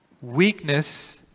weakness